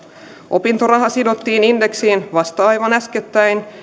opintoraha sidottiin indeksiin vasta aivan äskettäin